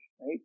right